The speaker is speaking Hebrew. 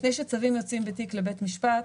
לפני שצווים יוצאים בתיק לבית משפט,